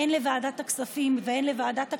הן לוועדת הכספים והן לוועדת הכלכלה,